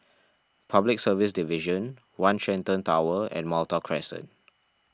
Public Service Division one Shenton Tower and Malta Crescent